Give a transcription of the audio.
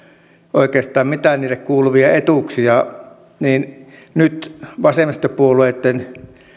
oikeastaan mitään niille kuuluvia etuuksia ja nyt vasemmistopuolueitten